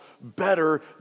better